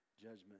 judgment